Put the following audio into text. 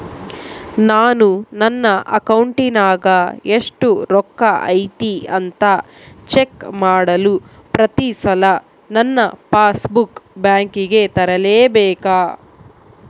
ನಾನು ನನ್ನ ಅಕೌಂಟಿನಾಗ ಎಷ್ಟು ರೊಕ್ಕ ಐತಿ ಅಂತಾ ಚೆಕ್ ಮಾಡಲು ಪ್ರತಿ ಸಲ ನನ್ನ ಪಾಸ್ ಬುಕ್ ಬ್ಯಾಂಕಿಗೆ ತರಲೆಬೇಕಾ?